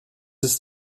ist